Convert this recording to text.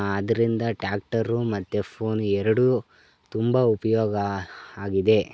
ಅದ್ರಿಂದ ಟ್ಯಾಕ್ಟರು ಮತ್ತು ಫೋನ್ ಎರಡೂ ತುಂಬ ಉಪಯೋಗ ಆಗಿದೆ